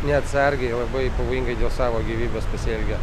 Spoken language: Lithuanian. neatsargiai labai pavojingai savo gyvybės pasielgė